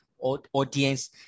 audience